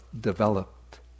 developed